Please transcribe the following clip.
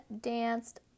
danced